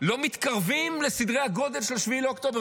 שלא מתקרבים לסדרי הגודל של 7 באוקטובר,